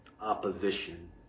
opposition